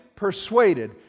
persuaded